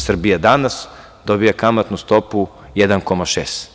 Srbija danas dobija kamatnu stopu 1,6%